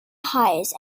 highs